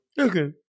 Okay